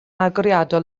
agoriadol